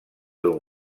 d’un